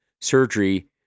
surgery